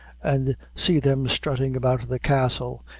and see them strutting about the castle,